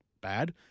bad